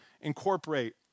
incorporate